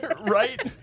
right